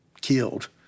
killed